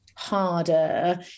harder